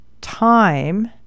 time